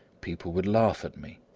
people would laugh at me.